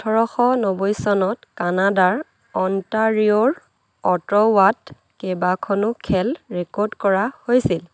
ওঠৰশ নব্বৈ চনত কানাডাৰ অন্টাৰিঅ'ৰ অট'ৱাত কেইবাখনো খেল ৰেকৰ্ড কৰা হৈছিল